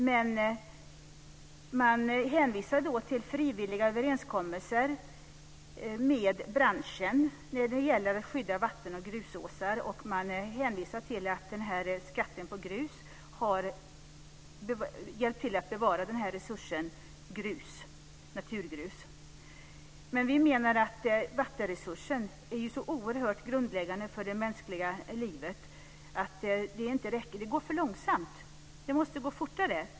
Men man hänvisar till frivilliga överenskommelser med branschen när det gäller att skydda vatten och grusåsar. Man hänvisar till att skatten på grus har hjälpt till att bevara resursen naturgrus. Men vi menar att vattenresursen är så oerhört grundläggande för det mänskliga livet att det inte räcker. Det går för långsamt. Det måste gå fortare.